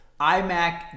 iMac